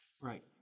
Right